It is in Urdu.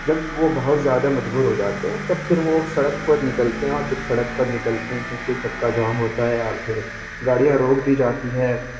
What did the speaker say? جب وہ بہت زیادہ مجبور ہو جاتے ہیں تب پھر وہ سڑک پر نکلتے ہیں اور جب سڑک پر نکلتے ہیں چوں کہ چکا جام ہوتا ہے اور پھر گاڑیاں روک دی جاتی ہیں